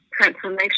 transformation